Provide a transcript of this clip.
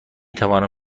توانم